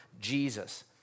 Jesus